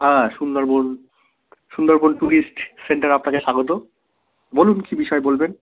হ্যাঁ সুন্দরবন সুন্দরবন ট্যুরিস্ট সেন্টারে আপনাকে স্বাগত বলুন কী বিষয়ে বলবেন